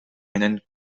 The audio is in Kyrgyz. менен